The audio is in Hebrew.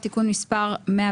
הצעת חוק מיסוי מקרקעין (שבח ורכישה) (תיקון מס' 101)